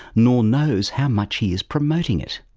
nor knows how much he is promoting it.